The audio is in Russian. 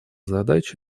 задач